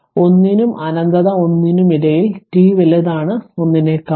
1 നും അനന്തത 1 നും ഇടയിൽ t വലുതാണ് 1 നേക്കാളും